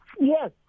Yes